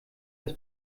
das